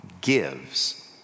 gives